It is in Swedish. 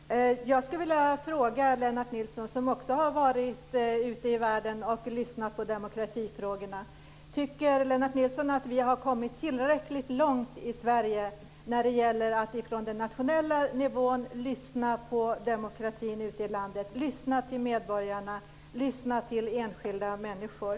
Fru talman! Jag skulle vilja fråga Lennart Nilsson, som också har varit ute i världen och lyssnat på demokratifrågorna: Tycker Lennart Nilsson att vi har kommit tillräckligt långt i Sverige när det gäller att på nationell nivå lyssna till medborgarna ute i landet, till enskilda människor?